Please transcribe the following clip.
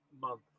month